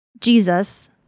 Jesus